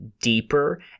deeper